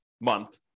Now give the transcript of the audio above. month